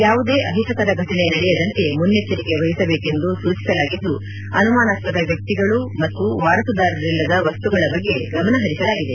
ಯಾವುದೇ ಅಹಿತಕರ ಘಟನೆ ನಡೆಯದಂತೆ ಮುನ್ನೆಚ್ಚರಿಕೆ ವಹಿಸಬೇಕೆಂದು ಸೂಚಿಸಲಾಗಿದ್ದು ಅನುಮಾನಾಸ್ಟದ ವ್ಯಕ್ತಿಗಳು ಮತ್ತು ವಾರಸುದಾರರಿಲ್ಲದ ವಸ್ತುಗಳ ಬಗ್ಗೆ ಗಮನಹರಿಸಲಾಗಿದೆ